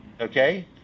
okay